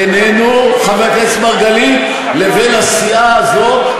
בינינו, חבר הכנסת מרגלית, לבין הסיעה הזאת,